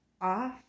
off